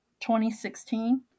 2016